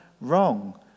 wrong